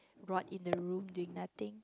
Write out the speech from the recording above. rot in the room doing nothing